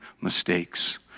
mistakes